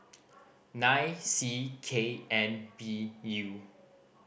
nine C K N B U